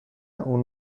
اون